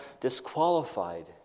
disqualified